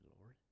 Lord